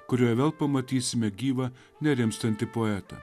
kurioje vėl pamatysime gyvą nerimstantį poetą